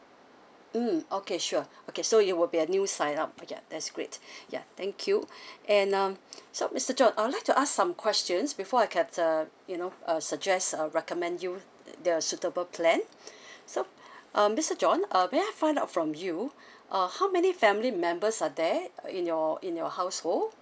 mm okay sure okay so it will be a new sign up ya that's great ya thank you and uh so mister john I would like to ask some questions before I can uh you know suggest a recommend you with the suitable plan so um mister john uh may I find out from you uh how many family members are there in your in your household